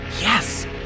Yes